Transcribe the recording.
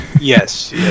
Yes